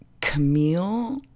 Camille